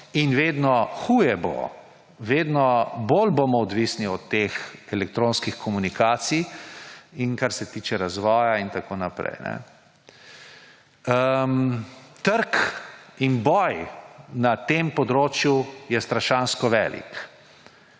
Vedno huje bo, vedno bolj bomo odvisni od teh elektronskih komunikacij in kar se tiče razvoja in tako naprej. Trg in boj na tem področju je strašansko velik.